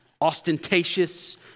ostentatious